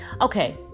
Okay